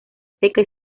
seca